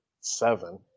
seven